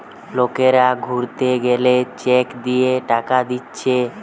লোকরা ঘুরতে গেলে চেক দিয়ে টাকা দিচ্ছে